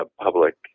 public